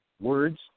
words